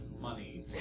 money